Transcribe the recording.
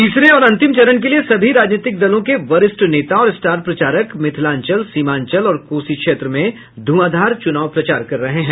तीसरे और अंतिम चरण के लिये सभी राजनीतिक दलों के वरिष्ठ नेता और स्टार प्रचारक मिथिलांचल सीमांचल और कोसी क्षेत्र में ध्रआंधार चुनाव प्रचार कर रहे हैं